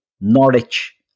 Norwich